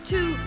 two